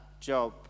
job